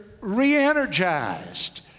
re-energized